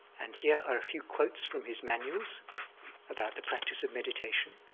and here are a few quotes from his manuals about the practice of meditation.